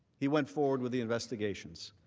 he went forward with the investigations.